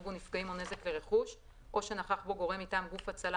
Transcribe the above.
בו נפגעים או נזק לרכוש או שנכח בו גורם מטעם גוף הצלה,